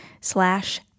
slash